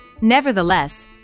Nevertheless